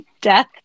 death